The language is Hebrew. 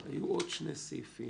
היו עוד שני סעיפים